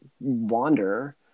wander